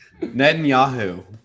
Netanyahu